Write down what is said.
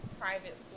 private